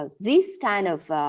ah this kind of